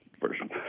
version